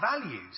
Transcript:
values